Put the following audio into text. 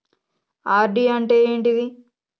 RD అంటే ఏంటిది?